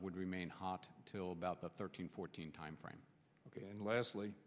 would remain hot till about the thirteen fourteen timeframe ok and l